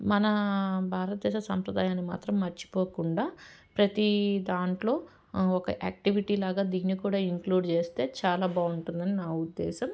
మన భారతదేశ సంప్రదాయాన్ని మాత్రం మర్చిపోకుండా ప్రతీ దాంట్లో ఒక యాక్టివిటీలాగా దీన్ని కూడా ఇంక్లూడ్ చేస్తే చాలా బాగుంటుందని నా ఉద్దేశం